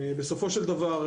בסופו של דבר,